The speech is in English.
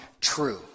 true